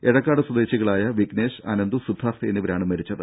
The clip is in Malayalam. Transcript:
എഴക്കാട് സ്വദേശികളായ വിഘ്നേശ് അനന്തു സിദ്ധാർത്ഥ് എന്നിവരാണ് മരിച്ചത്